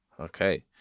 okay